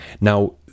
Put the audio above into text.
Now